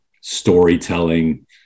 storytelling